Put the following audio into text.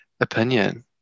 opinion